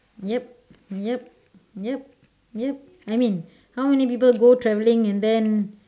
yup yup yup yup I mean how many people go traveling and then